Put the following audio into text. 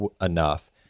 enough